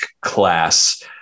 class